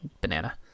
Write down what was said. banana